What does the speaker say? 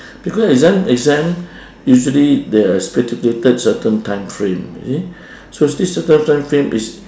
because exam exam usually the stipulated certain time frame you see so this certain time frame is